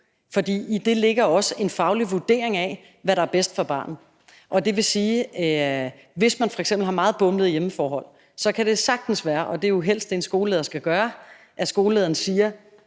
fordi i det ligger også en faglig vurdering af, hvad der er bedst for barnet, og det vil sige, at hvis man f.eks. har meget bumlede hjemmeforhold, kan det sagtens være – og det er det, en skoleleder helst skal gøre – at skolelederen siger,